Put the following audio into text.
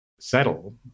settle